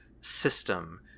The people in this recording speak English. system